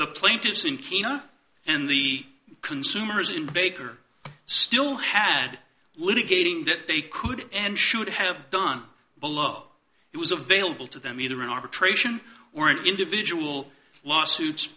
the plaintiffs in kenya and the consumers in baker still had litigating that they could and should have done below it was available to them either in arbitration or individual lawsuits